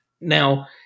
Now